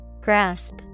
Grasp